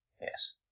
Yes